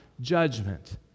judgment